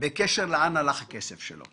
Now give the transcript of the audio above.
בקשר לאן הלך הכסף שלו